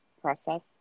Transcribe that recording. process